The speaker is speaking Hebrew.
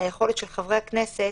ליכולת של חברי הכנסת,